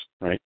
right